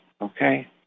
okay